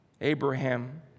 Abraham